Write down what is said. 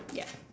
ya